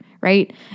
right